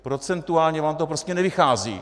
Procentuálně vám to prostě nevychází!